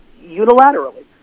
unilaterally